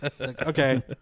okay